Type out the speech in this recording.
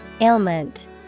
Ailment